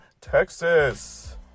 Texas